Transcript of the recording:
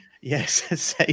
Yes